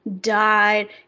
died